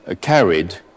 carried